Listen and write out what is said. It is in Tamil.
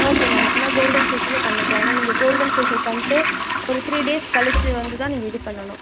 ஓகே மேம் அப்படின்னா கோல்டன் ஃபேஷியலே பண்ணிக்கலாம் ஏன்னா நீங்கள் கோல்டன் ஃபேஷியல் பண்ணிட்டு ஒரு த்ரீ டேஸ் கழிச்சு வந்து தான் நீங்கள் இது பண்ணணும்